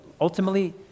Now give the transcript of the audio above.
ultimately